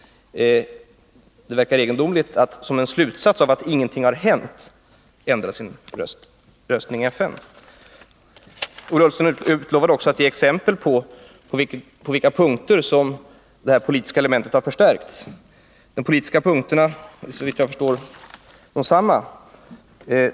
Det verkar egendomligt att som en slutsats av att ingenting hänt ändra sin röstning i FN. Ola Ullsten utlovade också att ge exempel som visar på vilka punkter som detta politiska element har förstärkts. De politiska punkterna är, såvitt jag förstår, desamma.